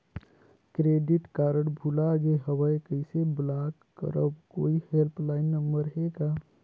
Credit card भुला गे हववं कइसे ब्लाक करव? कोई हेल्पलाइन नंबर हे का?